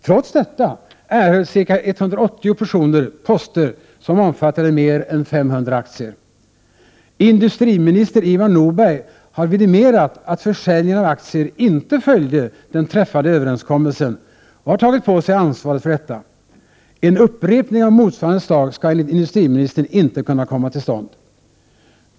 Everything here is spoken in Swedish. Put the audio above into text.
Trots detta erhöll ca 180 personer poster som omfattade mer än 500 aktier. Industriminister Ivar Nordberg har vidimerat att försäljningen av aktier inte följde den träffade överenskommelsen och har tagit på sig ansvaret för detta. En upprepning av motsvarande slag skall enligt industriministern inte kunna komma till stånd.